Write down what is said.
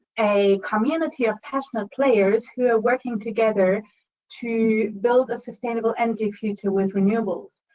a community of passionate players who are working together to build a sustainable energy future with renewables.